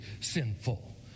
sinful